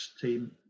team